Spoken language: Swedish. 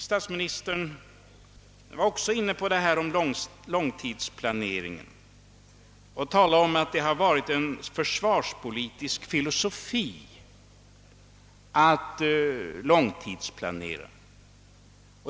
Statsministern var också inne på långtidsplaneringen och framhöll att det är en försvarspolitisk filosofi att långtidsplanera.